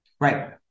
Right